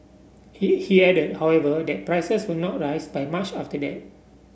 he he added however that prices will not rise by much after that